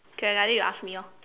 can like that you ask me orh